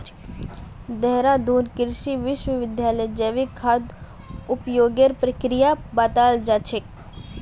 देहरादून कृषि विश्वविद्यालयत जैविक खाद उपयोगेर प्रक्रिया बताल जा छेक